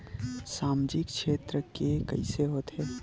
सामजिक क्षेत्र के कइसे होथे?